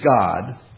God